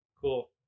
cool